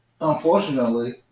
unfortunately